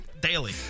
Daily